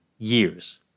Years